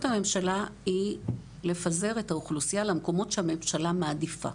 הממשלה היא לפזר את האוכלוסייה למקומות שהממשלה מעדיפה.